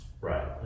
Right